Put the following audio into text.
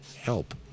help